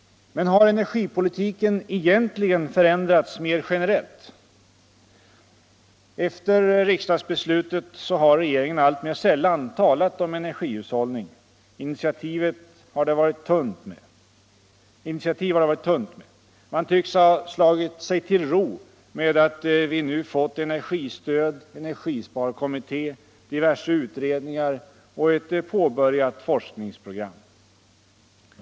Men har energipolitiken egentligen förändrats mer generellt? Efter riksdagsbeslutet har regeringen alltmer sällan talat om energihushållning. Initiativ har det varit tunt med. Man tycks ha slagit sig till ro med att vi nu fått energistöd, energisparkommitté, diverse utredningar och ett påbörjat forskningsprogram.